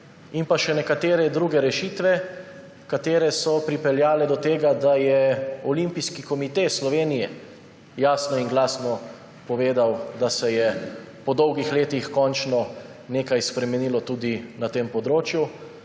in še nekatere druge rešitve, ki so pripeljale do tega, da je Olimpijski komite Slovenije jasno in glasno povedal, da se je po dolgih letih končno nekaj spremenilo tudi na tem področju.